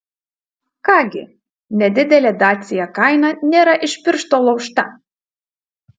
ką gi nedidelė dacia kaina nėra iš piršto laužta